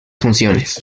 funciones